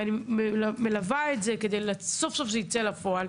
ואני מלווה את זה כדי שזה סוף סוף יצא לפועל,